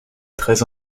très